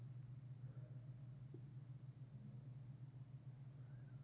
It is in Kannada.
ಹೂಡಿಕಿ ಬ್ಯಾಂಕಿಂಗ್ ಚಟುವಟಿಕಿಗಳ ಯೆಲ್ಲಾ ರೇತಿ ನಿಗಮಕ್ಕ ಹೊಸಾ ಸಾಲಾ ಮತ್ತ ಇಕ್ವಿಟಿ ಸೆಕ್ಯುರಿಟಿ ಅಂಡರ್ರೈಟ್ ಮಾಡ್ತಾವ